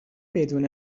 بدون